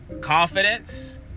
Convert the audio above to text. confidence